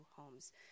homes